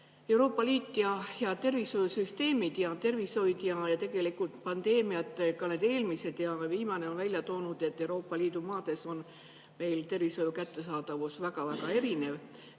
Euroopa Liit ning tervishoiusüsteemid ja tervishoid. Tegelikult pandeemiad, ka need eelmised ja viimane on välja toonud, et Euroopa Liidu maades on tervishoiu kättesaadavus väga erinev.